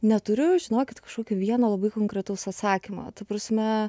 neturiu žinokit kažkokio vieno labai konkretaus atsakymo ta prasme